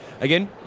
Again